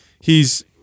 he's-